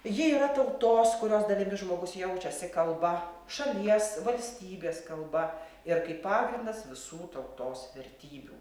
ji yra tautos kurios dalimi žmogus jaučiasi kalba šalies valstybės kalba ir kaip pagrindas visų tautos vertybių